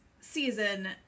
season